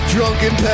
Drunken